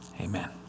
Amen